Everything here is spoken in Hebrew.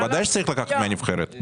ודאי שצריך לקחת מהנבחרת.